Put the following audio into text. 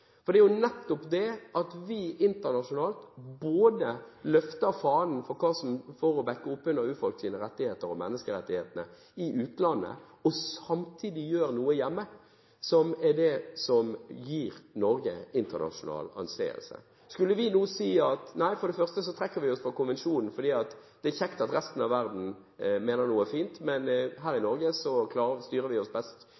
for å bakke opp under urfolks rettigheter og menneskerettighetene i utlandet og samtidig gjør noe hjemme, er det som gir Norge internasjonal anseelse. Skulle vi si at for det første trekker vi oss fra konvensjonen fordi det er kjekt at resten av verden mener noe fint, men her i